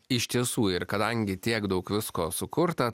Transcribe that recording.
iš tiesų ir kadangi tiek daug visko sukurta